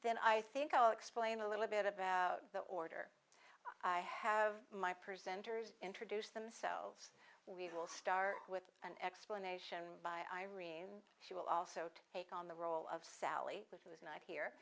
then i think i'll explain a little bit about the order i have my present jurors introduce themselves we will start with an explanation by irene she will also take on the role of sally with who is not here